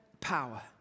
power